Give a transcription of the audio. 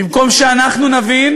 במקום שאנחנו נבין